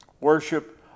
Worship